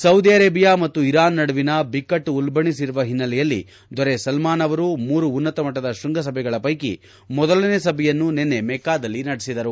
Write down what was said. Saudi Arabia ಮತ್ತು Iran ನಡುವಿನ ಬಿಕ್ಕಟ್ಟು ಉಲ್ಲಣಿಸಿರುವ ಹಿನ್ನೆಲೆಯಲ್ಲಿ ದೊರೆ ಸಲ್ನಾನ್ ಅವರು ಮೂರು ಉನ್ನತಮಟ್ಟದ ಶೃಂಗಸಭೆಗಳ ಪೈಕಿ ಮೊದಲನೇ ಸಭೆಯನ್ನು ನಿನ್ನೆ ಮೆಕ್ಕಾದಲ್ಲಿ ನಡೆಸಿದರು